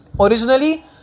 Originally